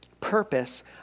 purpose